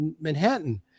Manhattan